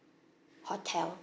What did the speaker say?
hotel